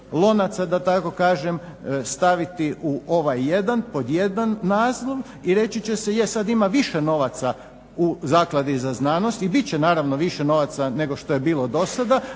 lonaca, da tako kažem staviti u ovaj jedan, pod jedan naslov i reći će se, je sad ima više novaca u Zakladi za znanost. I bit će naravno više novaca nego što je bilo do sada,